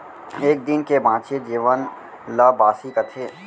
एक दिन के बांचे जेवन ल बासी कथें